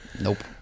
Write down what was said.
Nope